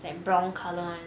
like brown colour [one]